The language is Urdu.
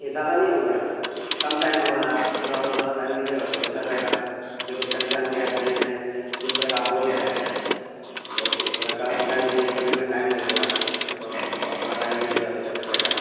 یہ زیادہ نہیں ہوگیا کم ٹائم ہو رہا ہے آپ تھوڑا اور زیادہ ٹائم دیجیے گا تو بہتر رہے گا جبک اس کا ڈیزائن تیار کرنے میں جس طرح کا آپ بول رہے ہیں تو اس طرح کا ڈیزائن بھی بننے میں ٹائم لگے گا تو اور تھوڑا ٹائم دیجیے گا تو بہتر رہے گا